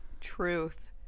truth